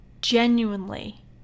genuinely